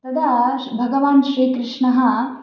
तदा श् भगवान् श्रीकृष्णः